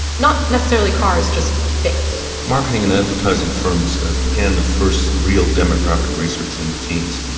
not necessarily cars just things marketing and advertising firms began the first real demographic research in the teens.